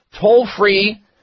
toll-free